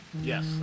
Yes